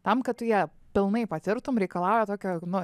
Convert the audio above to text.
tam kad tu ją pilnai patirtum reikalauja tokio nu